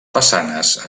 façanes